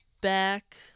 back